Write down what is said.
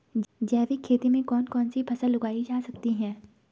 जैविक खेती में कौन कौन सी फसल उगाई जा सकती है?